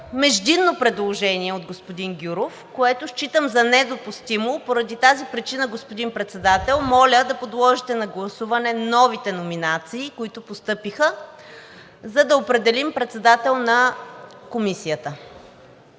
междинно предложение от господин Гюров, което считам за недопустимо. Поради тази причина, господин Председател, моля да подложите на гласуване новите номинации, които постъпиха, за да определим председател на Комисията.